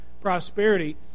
prosperity